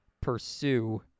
pursue